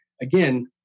again